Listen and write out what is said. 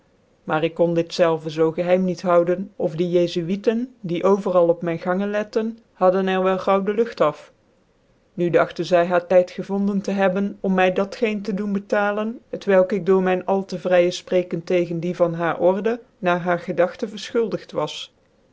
maar ik kon dit zelve zoo geheim niet houden of dc jcfuitcn die over al op myn gangen iettede hadden er wel gaaiuv dc lugt af nu dagten zy haar tyd gevonden te hebben om my dat geen te doen betalen t welk ik door myn al te vryc fpreeken tegens die van haar order na haar gedagtcn ycrfchuldit was